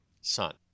son